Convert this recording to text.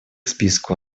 списку